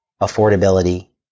affordability